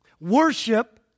Worship